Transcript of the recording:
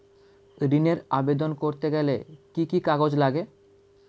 ঋণের আবেদন করতে গেলে কি কি কাগজ লাগে?